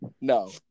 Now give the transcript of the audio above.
No